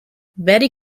betty